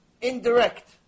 Indirect